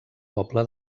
poble